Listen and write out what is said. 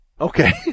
Okay